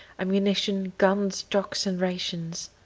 ammunition, guns, jocks, and rations.